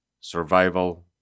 Survival